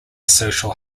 social